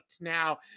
Now